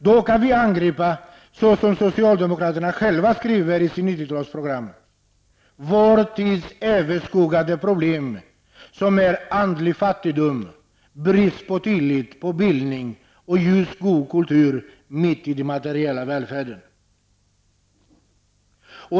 Då kan vi angripa -- som socialdemokraterna själva skriver i sitt 90 talsprogram -- vår tids överskuggande problem, som är andlig fattigdom, brist på tillit, på bildning och på just god kultur, mitt i den materiella välfärden.